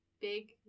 Big